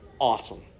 Awesome